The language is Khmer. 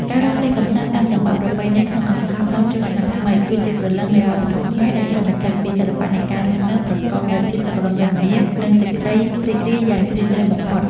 ការរាំលេងកម្សាន្តតាមចង្វាក់ប្រពៃណីក្នុងឱកាសបុណ្យចូលឆ្នាំថ្មី គឺជាព្រលឹងនៃវប្បធម៌ខ្មែរ ដែលឆ្លុះបញ្ចាំងពីសិល្បៈនៃការរស់នៅប្រកបដោយភាពសុខដុមរមនា និងសេចក្តីរីករាយយ៉ាងជ្រាលជ្រៅបំផុត។